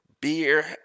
Beer